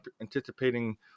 anticipating